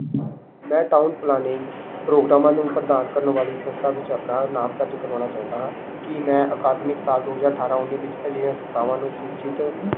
ਮੈਂ town planning ਪ੍ਰੋਗਰਾਮਾਂ ਨੂੰ ਪ੍ਰਦਾਨ ਕਰਨ ਵਾਲੀ ਸੰਸਥਾ ਵਿੱਚ ਆਪਣਾ ਨਾਮ ਦਰਜ ਕਰਵਾਉਣਾ ਚਾਹੁੰਦਾ ਹਾਂ ਕੀ ਮੈਂ ਅਕਾਦਮਿਕ ਸਾਲ ਦੋ ਹਜ਼ਾਰ ਅਠਾਰਾਂ ਉੱਨੀ ਵਿੱਚ ਅਜਿਹੀਆਂ ਸੰਸਥਾਵਾਂ ਨੂੰ ਸੂਚਿਤ